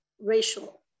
racial